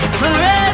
forever